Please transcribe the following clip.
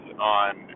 on